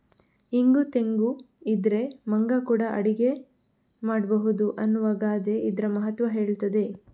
ಇಂಗು ತೆಂಗು ಇದ್ರೆ ಮಂಗ ಕೂಡಾ ಅಡಿಗೆ ಮಾಡ್ಬಹುದು ಅನ್ನುವ ಗಾದೆ ಇದ್ರ ಮಹತ್ವ ಹೇಳ್ತದೆ